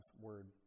Word